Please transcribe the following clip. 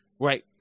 right